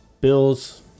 Bills